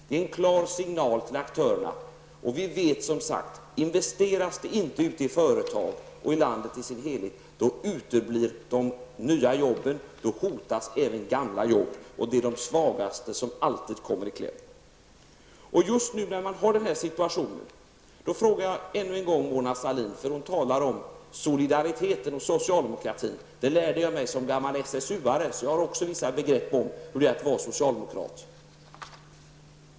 Det är en klar signal till aktörerna. Vi vet att om det inte investeras i företag och i landet som helhet uteblir de nya arbetena och gamla arbeten hotas, och det är de svagaste som alltid kommer i kläm. Mona Sahlin talar om solidaritet och socialdemokratin. Sådant lärde jag mig som gammal SSUare, så jag har också vissa begrepp om hur det är att vara socialdemokrat.